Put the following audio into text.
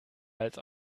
als